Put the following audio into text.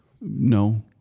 No